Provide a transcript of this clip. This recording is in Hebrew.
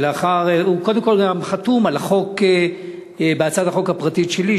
שלאחר הוא קודם כול גם חתום על החוק הזה בהצעת החוק הפרטית שלי,